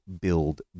build